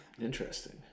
Interesting